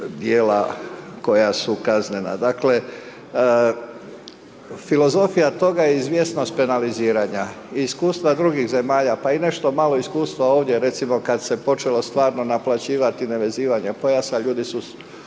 dijela koja su kaznena. Dakle, filozofija toga je izvjesnost penaliziranje, i iskustva drugih zemalja, pa i nešto malo iskustva ovdje, recimo, kada se je počelo stvarno naplaćivati nevezivanje pojasa, ljudi su